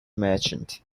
merchant